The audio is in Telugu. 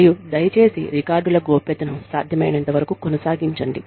మరియు దయచేసి రికార్డుల గోప్యతను సాధ్యమైనంతవరకు కొనసాగించండి